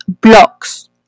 blocks